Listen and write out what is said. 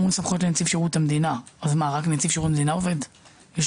לנציב שירות המדינה יש המון סמכויות אז מה,